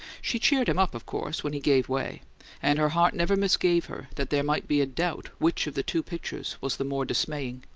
she cheered him up, of course, when he gave way and her heart never misgave her that there might be a doubt which of the two pictures was the more dismaying.